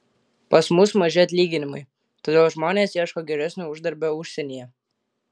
pas mus maži atlyginimai todėl žmonės ieško geresnio uždarbio užsienyje